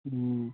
ꯎꯝ